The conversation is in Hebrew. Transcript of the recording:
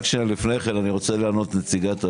לפני כן אני רוצה לענות לנציגת האוצר,